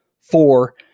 Four